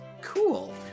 Cool